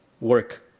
work